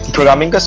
Programming